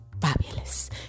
Fabulous